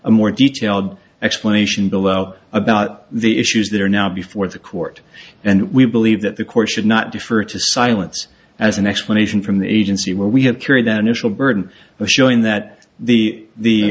a more detailed explanation below about the issues that are now before the court and we believe that the court should not defer to silence as an explanation from the agency where we have carried that initial burden of showing that the the